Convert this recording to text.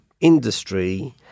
industry